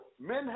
men